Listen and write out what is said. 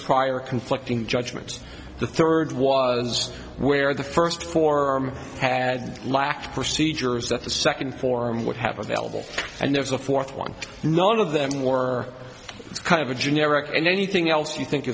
prior conflicting judgments the third was where the first four had lacked procedures that the second form would have available and there was a fourth one none of them or it's kind of a generic and anything else you think